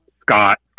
scott